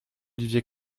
olivier